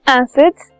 acids